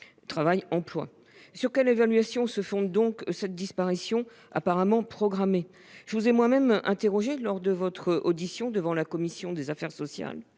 Travail et emploi ». Sur quelle évaluation se fonde donc cette disparition, apparemment programmée ? Je vous ai moi-même interrogée lors de votre audition devant la commission des affaires sociales,